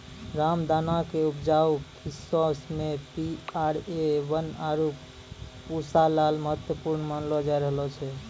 रामदाना के उपजाऊ किस्मो मे पी.आर.ए वन, आरु पूसा लाल महत्वपूर्ण मानलो जाय रहलो छै